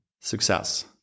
success